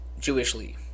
Jewishly